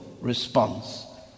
response